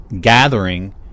gathering